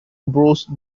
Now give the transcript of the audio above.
bruce